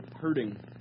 hurting